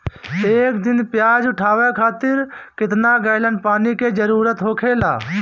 एक टन प्याज उठावे खातिर केतना गैलन पानी के जरूरत होखेला?